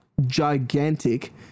gigantic